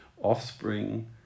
offspring